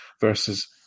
versus